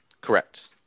Correct